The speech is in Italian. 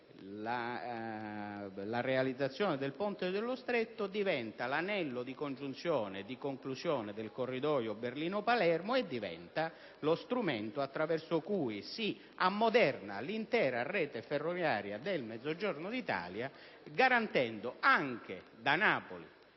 La realizzazione del ponte sullo Stretto diventa l'anello di congiunzione e di conclusione del Corridoio Berlino-Palermo e dunque lo strumento attraverso cui si ammoderna l'intera rete ferroviaria del Mezzogiorno d'Italia garantendo anche da Napoli